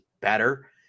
better